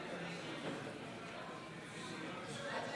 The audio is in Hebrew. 45 בעד,